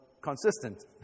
consistent